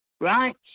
right